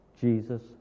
Jesus